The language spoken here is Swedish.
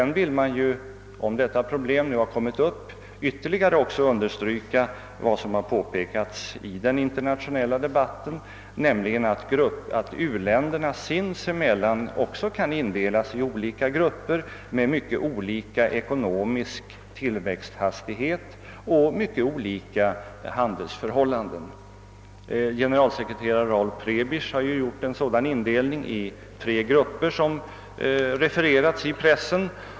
När detta problem nu har kommit upp vill jag ytterligare understryka vad som har påpekats i den internationella debatten, nämligen att u-länderna sinsemellan också kan indelas i skilda grupper med mycket olika ekonomisk tillväxthastighet och mycket olika handelsförhållanden. Generalsekreterare Raul Prebisch har gjort en sådan indelning i tre grupper som refererats i pressen.